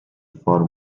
for